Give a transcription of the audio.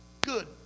good